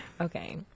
Okay